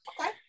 Okay